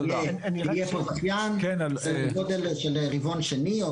שיהיה פה זכיין בגודל של רבעון שני או